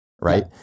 right